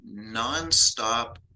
nonstop